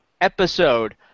episode